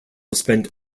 spent